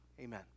amen